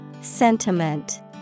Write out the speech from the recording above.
Sentiment